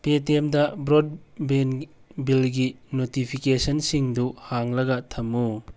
ꯄꯦ ꯇꯤ ꯑꯦꯝꯗ broadband ꯕꯤꯜꯒꯤ ꯅꯣꯇꯤꯐꯤꯀꯦꯁꯟꯁꯤꯡꯗꯨ ꯍꯥꯡꯂꯒ ꯊꯝꯃꯨ